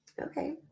Okay